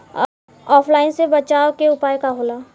ऑफलाइनसे बचाव के उपाय का होला?